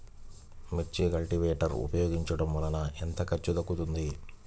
మిర్చి కల్టీవేటర్ ఉపయోగించటం వలన ఎంత ఖర్చు తగ్గుతుంది?